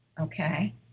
Okay